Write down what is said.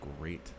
great